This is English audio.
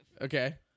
Okay